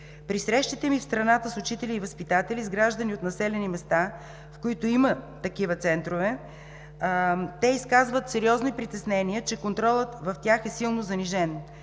При срещите ми в страната с учители и възпитатели, с граждани от населени места, в които има такива центрове, те изказват сериозни притеснения, че контролът в тях е силно занижен.